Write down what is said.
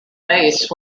base